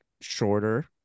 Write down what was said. shorter